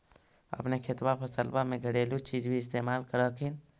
अपने खेतबा फसल्बा मे घरेलू चीज भी इस्तेमल कर हखिन?